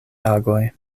agoj